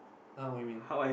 !huh! what you mean